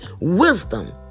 wisdom